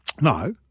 No